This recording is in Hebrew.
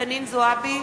חנין זועבי,